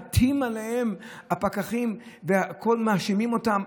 עטים עליהם הפקחים ובכול מאשימים אותם.